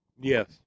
Yes